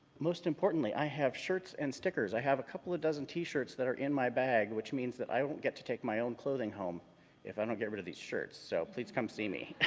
most importantly i have shirts and stickers! i have a couple of dozen t-shirts that are in my bag, which means that i don't get to take my own clothing home if i don't get rid of these shirts, so please come see me.